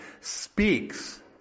speaks